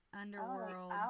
underworld